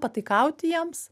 pataikauti jiems